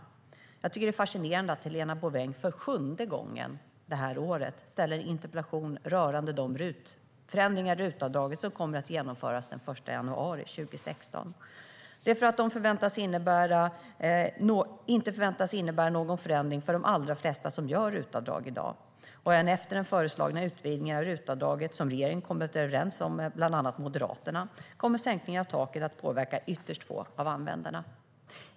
Jag tycker att det är fascinerande att Helena Bouveng för sjunde gången det här året ställer en interpellation rörande de förändringar i RUT-avdraget som kommer att genomföras den 1 januari 2016, detta för att de inte förväntas innebära någon förändring för de allra flesta som gör RUT-avdrag i dag. Även efter den föreslagna utvidgningen av RUT-avdraget, som regeringen kommit överens om med bland annat Moderaterna, kommer sänkningen av taket att påverka ytterst få av användarna.